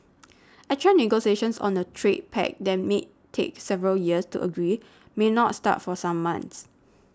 actual negotiations on a trade pact that may take several years to agree may not start for some months